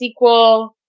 SQL